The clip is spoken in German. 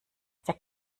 der